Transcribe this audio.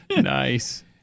Nice